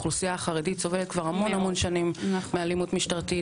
האוכלוסייה החרדית סובלת כבר המון המון שנים מאלימות משטרתית,